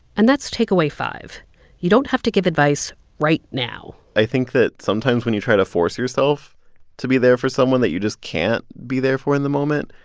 and that's takeaway five you don't have to give advice right now i think that sometimes when you try to force yourself to be there for someone that you just can't be there for in the moment,